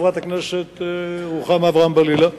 חברת הכנסת רוחמה אברהם-בלילא,